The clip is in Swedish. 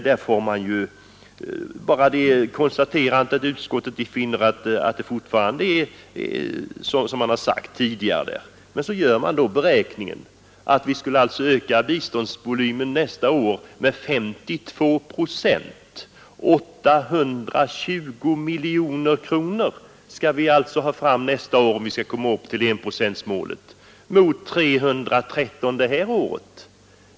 Här kan bara konstateras att utskottet fortfarande finner att det är så som man har sagt tidigare. Men så gör man då beräkningen att vi, om vi skall komma upp till enprocentsmålet, nästa år skulle öka biståndsvolymen med 52 procent eller 820 miljoner kronor = Det statliga utveckmot 313 i år.